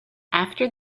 after